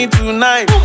tonight